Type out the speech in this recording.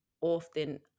often